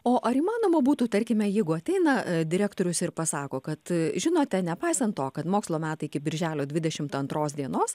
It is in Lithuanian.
o ar įmanoma būtų tarkime jeigu ateina direktorius ir pasako kad žinote nepaisant to kad mokslo metai iki birželio dvidešimt antros dienos